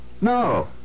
No